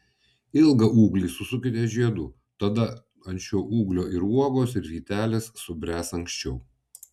ilgą ūglį susukite žiedu tada ant šio ūglio ir uogos ir vytelės subręs anksčiau